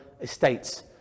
estates